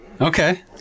Okay